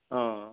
हा